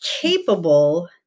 capable